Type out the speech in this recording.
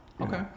Okay